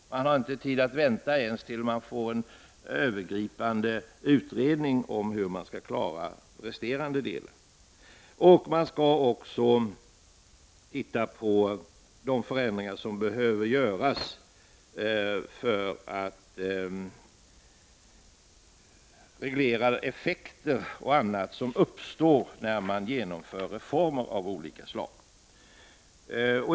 Rune Rydén har inte tid att vänta ens till dess att man har fått en övergripande utredning om hur man skall klara den resterande delen. Kommittén skall vidare undersöka vilka förändringar som behöver göras för att reglera effekter och annat som uppstår när man genomför reformer av olika slag.